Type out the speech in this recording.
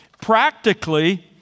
Practically